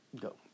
Go